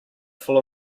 full